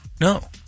No